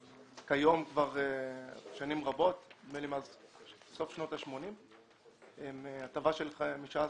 מאז סוף שנות השמונים יש הטבה של 15%